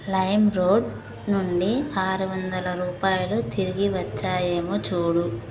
lime road నుండి ఆరు వందల రూపాయలు తిరిగి వచ్చాయేమో చూడు